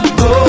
go